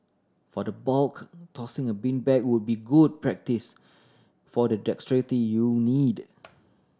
for the bulk tossing a beanbag would be good practice for the dexterity you'll need